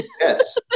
yes